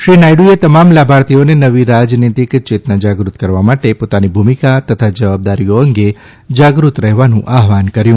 શ્રી નાયડુએ તમામ લાભાર્થીઓને નવી રાજનીતિક ચેતના જાગૃત કરવા અને પોતાની ભૂમિકા તથા જવાબદારીઓ અંગે જાગૃત રહેવાનું આહ્વાન કર્યું